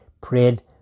prayed